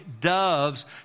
doves